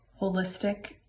holistic